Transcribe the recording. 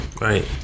Right